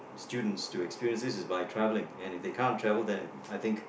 students to experience it is by traveling and if they can't travel then I think